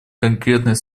конкретной